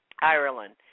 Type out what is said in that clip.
Ireland